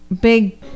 big